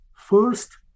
first